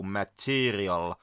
material